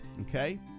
Okay